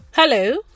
Hello